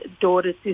daughters